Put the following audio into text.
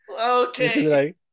Okay